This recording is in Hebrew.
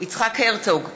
יצחק הרצוג,